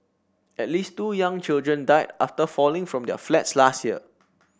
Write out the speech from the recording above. at least two young children died after falling from their flats last year